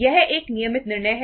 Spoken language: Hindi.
यह एक नियमित निर्णय है